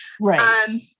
Right